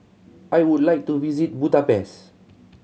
I would like to visit Budapest